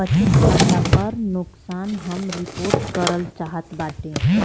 बचत खाता पर नुकसान हम रिपोर्ट करल चाहत बाटी